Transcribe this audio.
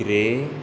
रे